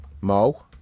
Mo